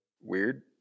weird